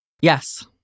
Yes